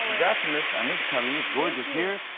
congrats on this and this cover. you look gorgeous here.